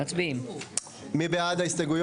מי בעד?